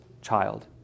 child